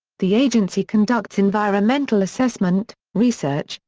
the agency conducts environmental assessment, research,